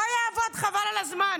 לא יעבוד, חבל על הזמן.